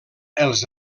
els